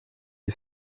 est